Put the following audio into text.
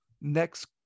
Next